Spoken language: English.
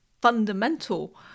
fundamental